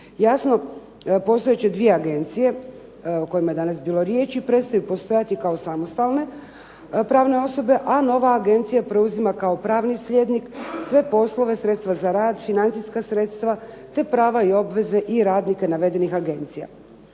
Jasno postojat će dvije agencije o kojima je danas bilo riječi, prestaju postojati kao samostalne pravne osobe a nova agencija preuzima kao pravni slijednik sve poslove sredstva za rad, financijska sredstva te prava i obveze radnike navedenih agencija.